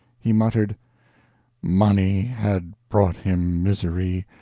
he muttered money had brought him misery,